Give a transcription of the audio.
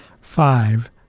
five